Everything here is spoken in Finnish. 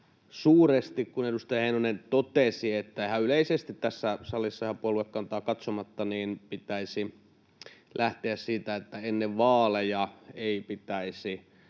suuresti, kun edustaja Heinonen totesi, että ihan yleisesti tässä salissa — ihan puoluekantaan katsomatta — pitäisi lähteä siitä, että ennen vaaleja ei pitäisi